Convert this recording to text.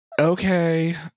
okay